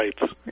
rights